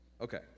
Okay